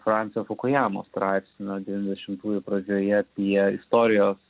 fransio fukujamos straipsnio devyniasdešimtųjų pradžioje apie istorijos